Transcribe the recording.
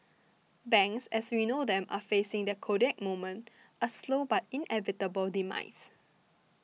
banks as we know them are facing their Kodak moment a slow but inevitable demise